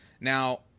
Now